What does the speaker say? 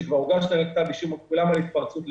שכבר הוגש נגדה כתב אישום על התפרצות לעסק.